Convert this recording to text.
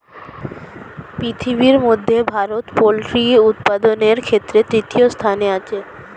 পৃথিবীর মধ্যে ভারত পোল্ট্রি উপাদানের ক্ষেত্রে তৃতীয় স্থানে আছে